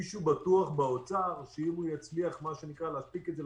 מישהו באוצר בטוח שאם הוא יצליח לעכב את זה,